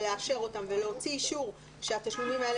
לאשר אותם ולהוציא אישור שהתשלומים האלה